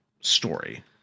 story